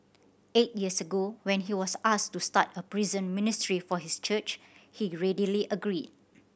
eight years ago when he was asked to start a prison ministry for his church he readily agreed